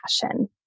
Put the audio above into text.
passion